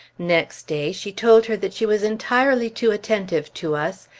next day, she told her that she was entirely too attentive to us,